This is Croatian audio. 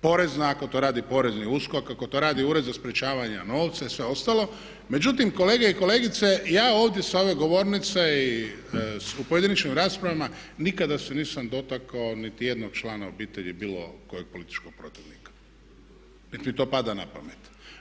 porezna, ako to radi porezni USKOK, ako to radi Ured za sprječavanje novaca i sve ostalo, međutim kolege i kolegice ja ovdje sa ove govornice i u pojedinačnim raspravama nikada sam nisam dotakao niti jednog člana obitelji bilo kojeg političkog protivnika, niti mi to pada napamet.